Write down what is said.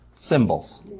symbols